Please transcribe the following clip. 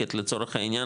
מדויקת לצורך העניין,